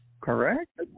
Correct